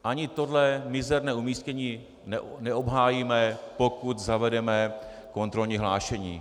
Ani tohle mizerné umístění neobhájíme, pokud zavedeme kontrolní hlášení.